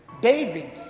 David